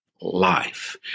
life